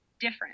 different